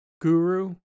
guru